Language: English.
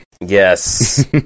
Yes